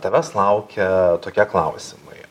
tavęs laukia tokie klausimai